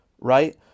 right